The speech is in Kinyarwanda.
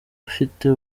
afite